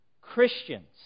Christians